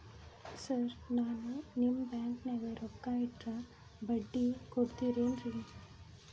Sir ನಾನು ನಿಮ್ಮ ಬ್ಯಾಂಕನಾಗ ರೊಕ್ಕ ಇಟ್ಟರ ಬಡ್ಡಿ ಕೊಡತೇರೇನ್ರಿ?